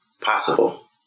possible